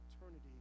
eternity